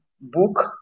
book